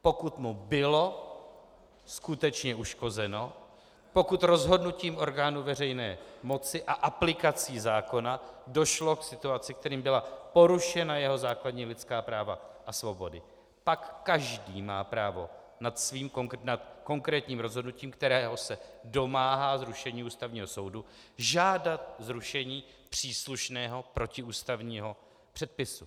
Pokud mu bylo skutečně uškozeno, pokud rozhodnutím orgánů veřejné moci a aplikací zákona došlo k situaci, kterým byla porušena jeho základní lidská práva a svobody, pak každý má právo nad konkrétním rozhodnutím, kterého se domáhá zrušení u Ústavního soudu, žádat zrušení příslušného protiústavního předpisu.